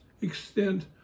extent